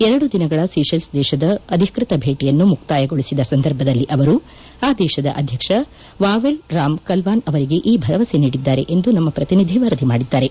ಎರಡು ದಿನಗಳ ಸೀಶೆಲ್ಪ ದೇಶದ ಅಧಿಕೃತ ಭೇಟಿಯನ್ನು ಮುಕ್ತಾಯಗೊಳಿಸಿದ ಸಂದರ್ಭದಲ್ಲಿ ಅವರು ಆ ದೇಶದ ಅಧ್ಯಕ್ಷ ವಾವೆಲ್ ರಾಮ್ ಕಲ್ವಾನ್ ಅವರಿಗೆ ಈ ಭರವಸೆ ನೀಡಿದ್ದಾರೆ ಎಂದು ನಮ್ಮ ಪ್ರತಿನಿಧಿ ವರದಿ ಮಾಡಿದ್ದಾರೆ